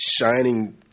shining